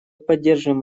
поддерживаем